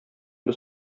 без